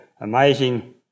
amazing